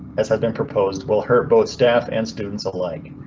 as has been proposed, will hurt both staff and students alike.